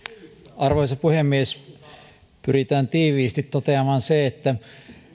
arvoisa puhemies pyritään tiiviisti toteamaan se että